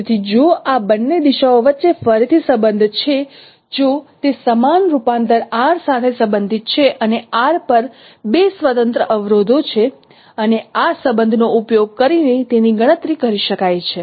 તેથી જો આ બંને દિશાઓ વચ્ચે ફરીથી સંબંધ છે જો તે સમાન રૂપાંતર R સાથે સંબંધિત છે અને R પર બે સ્વતંત્ર અવરોધો છે અને આ સંબંધ નો ઉપયોગ કરીને તેની ગણતરી કરી શકાય છે